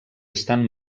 estan